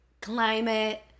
climate